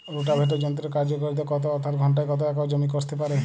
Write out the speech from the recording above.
Rotavator যন্ত্রের কার্যকারিতা কত অর্থাৎ ঘণ্টায় কত একর জমি কষতে পারে?